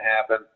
happen